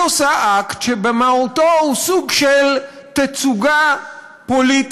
היא עושה אקט שבמהותו הוא סוג של תצוגה פוליטית,